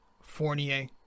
Fournier